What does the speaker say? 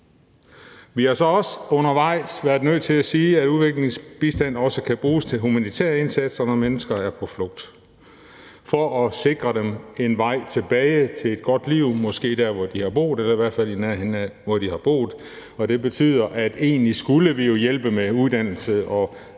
Vi har så også undervejs været nødt til at sige, at udviklingsbistand også kan bruges til humanitære indsatser, når mennesker er på flugt, for at sikre dem en vej tilbage til et godt liv, måske der, hvor de har boet, eller i hvert fald i nærheden af, hvor de har boet. Det betyder, at vi jo egentlig skulle hjælpe med uddannelse og